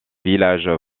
villages